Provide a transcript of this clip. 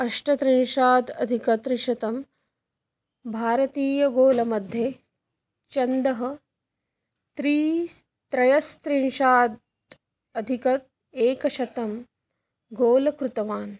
अष्टत्रिंशत्यधिकत्रिशतं भारतीयगोल मध्ये चन्दः त्रीणि त्रयस्त्रिंशत्यधिक एकशतं गोल कृतवान्